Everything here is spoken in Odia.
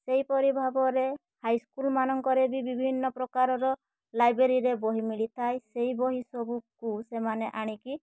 ସେହିପରି ଭାବରେ ହାଇସ୍କୁଲ୍ମାନଙ୍କରେ ବି ବିଭିନ୍ନପ୍ରକାରର ଲାଇବ୍ରେରୀରେ ବହି ମିଳିଥାଏ ସେହି ବହି ସବୁକୁ ସେମାନେ ଆଣିକି